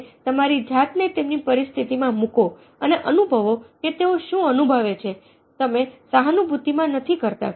તમે તમારી જાતને તેમની પરિસ્થિતિ માં મુકો અને અનુભવો કે તેઓ શું અનુભવે છે જે તમે સહાનુભૂતિ મા નથી કરતા